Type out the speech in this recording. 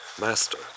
Master